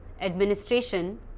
Administration